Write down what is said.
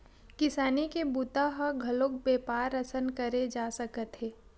किसानी के बूता ल घलोक बेपार असन करे जा सकत हे